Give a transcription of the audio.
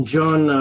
John